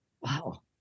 Wow